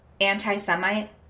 anti-Semite